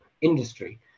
industry